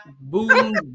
boom